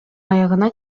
аягына